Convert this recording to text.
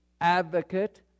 advocate